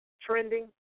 trending